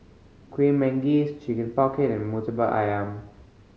Kueh Manggis Chicken Pocket and Murtabak Ayam